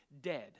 dead